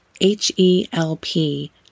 H-E-L-P